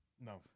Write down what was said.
No